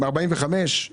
45,000 שקל?